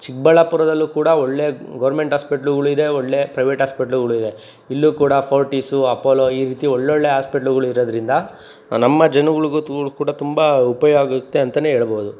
ಚಿಕ್ಕಬಳ್ಳಾಪುರದಲ್ಲೂ ಕೂಡ ಒಳ್ಳೆ ಗೌರ್ಮೆಂಟ್ ಹಾಸ್ಪೆಟ್ಲುಗಳು ಇದೆ ಒಳ್ಳೆ ಪ್ರೈವೇಟ್ ಹಾಸ್ಪೆಟ್ಲುಗಳು ಇದೆ ಇಲ್ಲೂ ಕೂಡ ಫೋರ್ಟೀಸು ಅಪೋಲೋ ಈ ರೀತಿ ಒಳ್ಳೊಳ್ಳೆ ಹಾಸ್ಪೆಟ್ಲುಗಳಿರೋದ್ರಿಂದ ನಮ್ಮ ಜನಗಳಿಗೂ ತು ಕೂಡ ತುಂಬ ಉಪಯೋಗಾಗುತ್ತೆ ಅಂತ ಹೇಳ್ಬೋದು